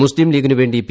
മുസ്ലീ ലീഗിന് വേണ്ടി പി